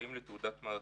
זכאים לתעודת מערכה,